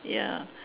ya